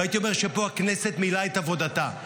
והייתי אומר שפה הכנסת מילאה את עבודתה.